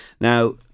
Now